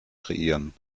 kreieren